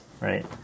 right